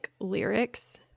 lyrics